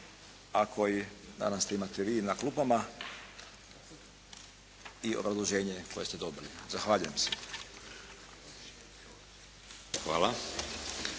a koji nadam se imate i vi na klupama i obrazloženje koje ste dobili. Zahvaljujem se.